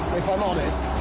if i'm honest.